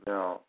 Now